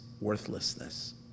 worthlessness